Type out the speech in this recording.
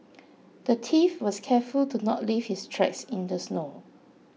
the thief was careful to not leave his tracks in the snow